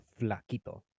Flaquito